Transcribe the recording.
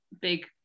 big